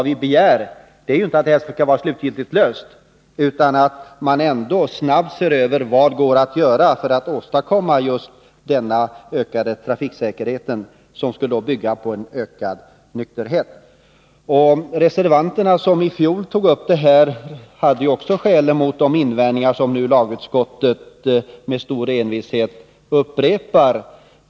Vi begär ju inte att problemet skall vara slutgiltigt löst utan att man snabbt ser över vad som går att göra för att åstadkomma denna ökade trafiksäkerhet, som skulle bygga på ökad nykterhet. Reservanterna, som i fjol tog upp denna fråga, hade ju också skäl att anföra mot de invändningar som nu lagutskottet med stor envishet upprepar.